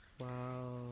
Wow